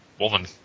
woman